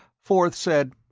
forth said,